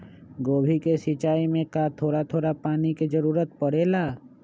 गोभी के सिचाई में का थोड़ा थोड़ा पानी के जरूरत परे ला?